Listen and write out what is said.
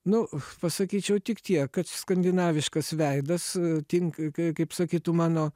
nu pasakyčiau tik tiek kad skandinaviškas veidas tink kaip sakytų mano